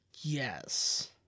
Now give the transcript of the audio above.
Yes